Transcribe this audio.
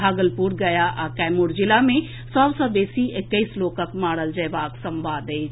भागलपुर गया आ कैमूर जिला मे सभसॅ बेसी एकैस लोकक मारल जएबाक संवाद अछि